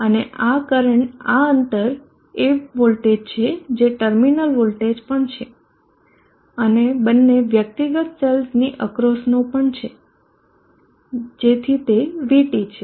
અને આ અંતર એ વોલ્ટેજ છે જે ટર્મિનલ વોલ્ટેજ પણ છે અને બંને વ્યક્તિગત સેલ્સની અક્રોસનો પણ છે જેથી તે VT છે